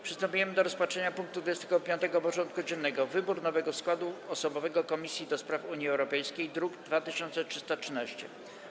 Przystępujemy do rozpatrzenia punktu 25. porządku dziennego: Wybór nowego składu osobowego Komisji do Spraw Unii Europejskiej (druk nr 2313)